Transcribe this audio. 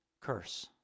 curse